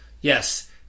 yes